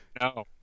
No